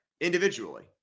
individually